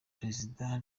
prezida